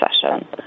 session